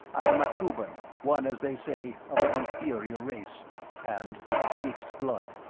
i am a cuban, one, as they say, of an inferior race and of mixed blood.